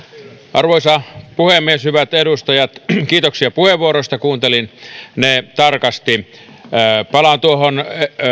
arvoisa puhemies hyvät edustajat kiitoksia puheenvuoroista kuuntelin ne tarkasti palaan tuohon